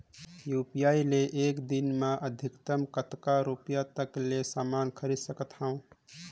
UPI ले एक दिन म अधिकतम कतका रुपिया तक ले समान खरीद सकत हवं?